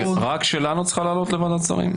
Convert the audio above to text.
רק שלנו צריכה לעלות לוועדת השרים?